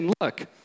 look